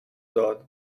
داد